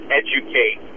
educate